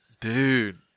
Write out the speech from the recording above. Dude